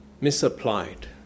misapplied